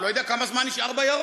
הוא לא יודע כמה זמן נשאר בירוק,